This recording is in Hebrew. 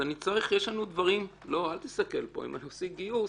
אם אנחנו עושים גיוס,